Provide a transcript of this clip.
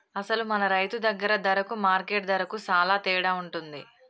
అసలు మన రైతు దగ్గర ధరకు మార్కెట్ ధరకు సాలా తేడా ఉంటుంది